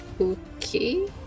Okay